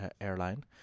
airline